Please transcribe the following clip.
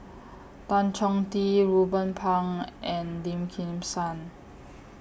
Tan Chong Tee Ruben Pang and Lim Kim San